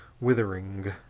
withering